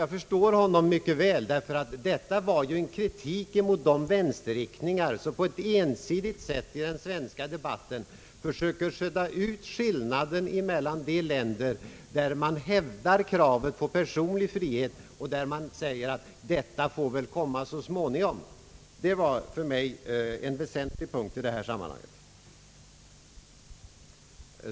Jag förstår honom mycket väl, ty detta var ju en kritik mot de vänsterriktningar som i den svenska debatten på ett ensidigt sätt försöker sudda ut skillnaden mellan de länder där man hävdar kravet på personlig frihet och länder där man säger att detta väl får komma så småningom. För mig var det en väsentlig punkt i sammanhanget.